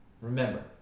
remember